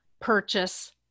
purchase